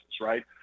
right